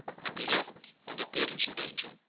and be left, on the appearance of danger,